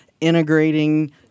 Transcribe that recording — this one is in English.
integrating